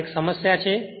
તેથી આ સમસ્યા છે